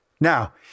Now